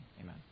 Amen